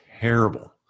terrible